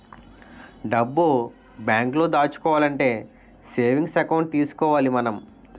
డబ్బు బేంకులో దాచుకోవాలంటే సేవింగ్స్ ఎకౌంట్ తీసుకోవాలి మనం